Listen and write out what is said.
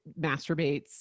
masturbates